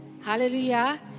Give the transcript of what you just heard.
Hallelujah